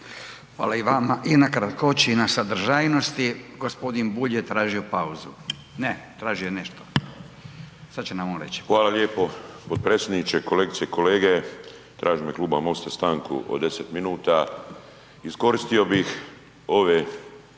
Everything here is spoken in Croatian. Hvala i vama i na kratkoći i na sadržajnosti. Gospodin Bulj je tražio pauzu. Ne, tražio je nešto, sad će nam on reći. **Bulj, Miro (MOST)** Hvala lijepo potpredsjedniče. Kolegice i kolege. Tražim u ime kluba MOST-a stanku od 10 minuta, iskoristio bih ove